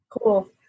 Cool